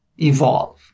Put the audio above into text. evolve